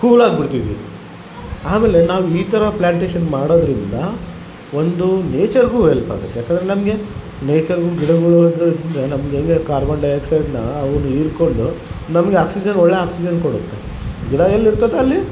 ಕೂಲಾಗಿ ಬಿಟ್ತಿದ್ವಿ ಆಮೇಲೆ ನಾವು ಈ ಥರ ಪ್ಲಾಂಟೇಶನ್ ಮಾಡೋದರಿಂದ ಒಂದು ನೇಚರ್ಗು ಹೆಲ್ಪ್ ಆಗುತ್ತೆ ಯಾಕಂದ್ರೆ ನಮಗೆ ನೇಚರ್ರು ಗಿಡಗಳು ಅಂದರೆ ನಮಗೆ ಹ್ಯಾಂಗೆ ಕಾರ್ಬನ್ ಡಯಕ್ಸೈಡ್ನ ಅವುನ್ನ ಹೀರಿಕೊಂಡು ನಮಗೆ ಆಕ್ಸಿಜನ್ ಒಳ್ಳೆ ಆಕ್ಸಿಜನ್ ಕೊಡುತ್ತೆ ಗಿಡ ಎಲ್ಲಿ ಇರ್ತದೋ ಅಲ್ಲಿ